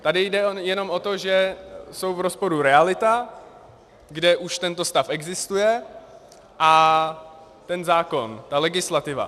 Tady jde jenom o to, že jsou v rozporu realita, kde už tento stav existuje, a ten zákon, ta legislativa.